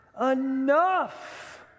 Enough